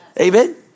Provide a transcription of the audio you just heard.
Amen